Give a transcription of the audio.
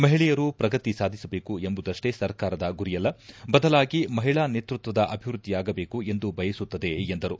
ಮಹಿಳೆಯರು ಪ್ರಗತಿ ಸಾಧಿಸಬೇಕು ಎಂಬುದಷ್ಷೇ ಸರ್ಕಾರದ ಗುರಿಯಲ್ಲಿ ಬದಲಾಗಿ ಮಹಿಳಾ ನೇತೃತ್ವದ ಅಭಿವೃದ್ದಿಯಾಗಬೇಕು ಎಂದು ಬಯಸುತ್ತದೆ ಎಂದರು